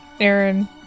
Aaron